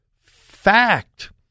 fact